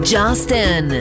Justin